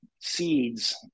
seeds